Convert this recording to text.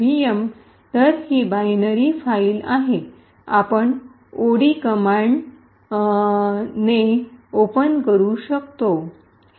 input vm तर ही binary file आहे आपण ओड कमांड ऑक्टल डंब ने ओपन करू शकतो